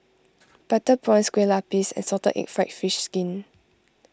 Butter Prawns Kueh Lupis and Salted Egg Fried Fish Skin